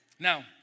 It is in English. Now